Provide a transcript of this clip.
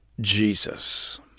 jesus